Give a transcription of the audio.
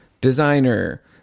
designer